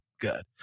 good